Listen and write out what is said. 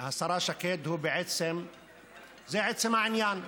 השרה שקד זה עצם העניין: